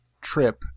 trip